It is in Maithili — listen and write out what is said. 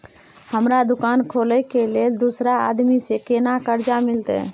हमरा दुकान खोले के लेल दूसरा आदमी से केना कर्जा मिलते?